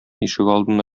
ишегалдына